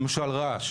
למשל רעש.